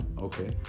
okay